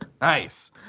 Nice